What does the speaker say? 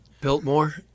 Biltmore